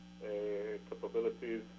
capabilities